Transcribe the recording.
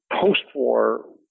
post-war